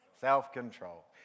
self-control